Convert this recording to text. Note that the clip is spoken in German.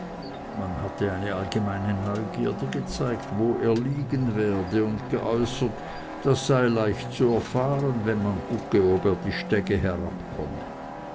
man hatte eine allgemeine neugierde gezeigt wo er liegen werde und geäußert das sei leicht zu erfahren wenn man gugge ob er die stege herabkomme